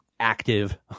Active